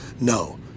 no